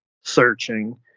Searching